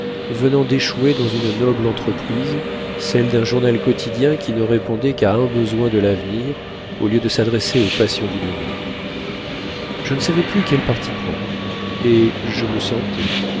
venant d'échouer dans une noble entreprise celle d'un journal quotidien qui ne répondait qu'à un besoin de l'avenir au lieu de s'adresser aux passions du moment je ne savais plus quel parti prendre et je me sentais